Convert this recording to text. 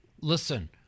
listen